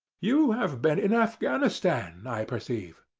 you have been in afghanistan, i perceive.